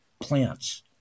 plants